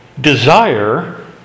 Desire